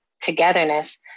togetherness